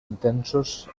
intensos